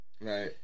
Right